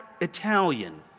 Italian